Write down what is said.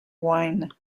wine